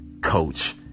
coach